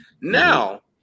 Now